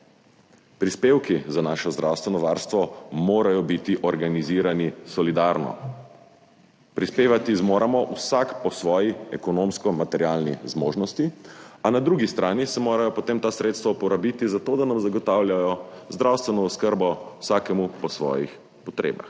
Prispevki za naše zdravstveno varstvo morajo biti organizirani solidarno. Prispevati moramo vsak po svoji ekonomsko-materialni zmožnosti, a na drugi strani se morajo potem ta sredstva uporabiti za to, da nam zagotavljajo zdravstveno oskrbo, vsakemu po svojih potrebah.